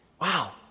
Wow